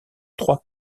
trois